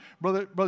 Brother